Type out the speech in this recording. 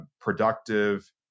productive